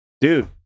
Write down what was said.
Dude